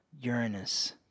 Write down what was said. Uranus